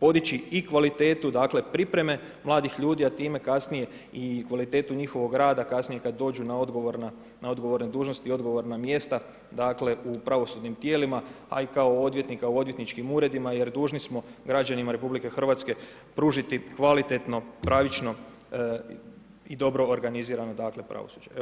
podići i kvalitetu pripreme mladih ljudi, a time kasnije i kvalitetu njihovog rada kasnije kad dođu na odgovorne dužnosti i odgovorna mjesta dakle, u pravosudnim tijelima, a i kao odvjetnik u odvjetničkim uredima jer dužni smo građanima RH pružiti kvalitetno, pravično i dobro organizirano pravosuđe.